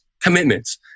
commitments